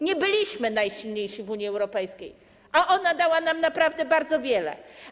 Nie byliśmy najsilniejsi w Unii Europejskiej, a ona dała nam naprawdę bardzo wiele.